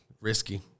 Risky